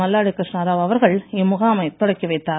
மல்லாடி கிருஷ்ணாராவ் அவர்கள் இம் முகாமை தொடங்கி வைத்தார்